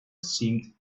seemed